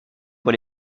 pour